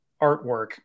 artwork